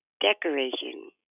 decoration